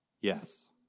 Yes